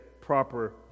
proper